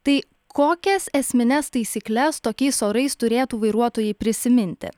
tai kokias esmines taisykles tokiais orais turėtų vairuotojai prisiminti